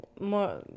more